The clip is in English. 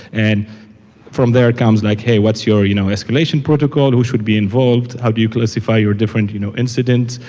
and from there, it comes like, hey, what's your you know escalation protocol? who should be involved? how do you classify your different you know incident?